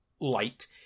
light